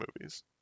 movies